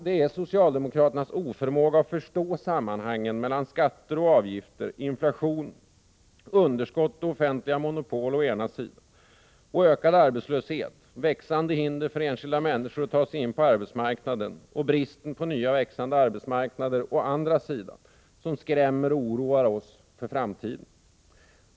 Det är socialdemokraternas oförmåga att förstå sammanhangen mellan skatter och avgifter, inflation, underskott och offentliga monopol å ena sidan och ökad arbetslöshet, växande hinder för enskilda människor att ta sig in på arbetsmarknaden och bristen på nya, växande arbetsmarknader å andra sidan som skrämmer och oroar oss för framtiden.